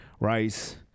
Rice